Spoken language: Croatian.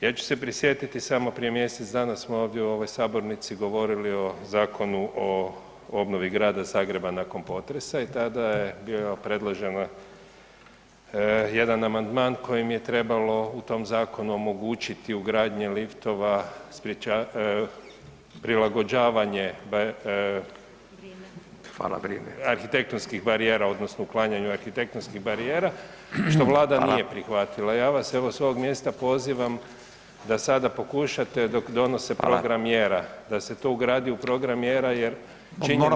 Ja ću se prisjetiti samo prije mjesec danas smo ovdje u ovoj sabornici govorili o Zakonu o obnovi grada Zagreba nakon potresa i tada je bio predložen jedan amandman kojim je trebalo u tom zakonu omogućiti ugradnju liftova, prilagođavanje arhitektonskih barijera [[Upadica Radin: Hvala, vrijeme.]] odnosno uklanjanje arhitektonskih barijera što Vlada nije prihvatila [[Upadica Radin: Hvala.]] Ja vas evo s ovog mjesta pozivam da sada pokušate dok donose program mjera da se to ugradi [[Upadica Radin: Hvala.]] u program mjera jer činjenica je